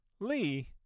lee